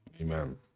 Amen